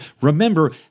remember